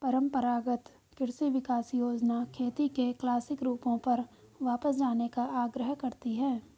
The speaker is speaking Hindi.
परम्परागत कृषि विकास योजना खेती के क्लासिक रूपों पर वापस जाने का आग्रह करती है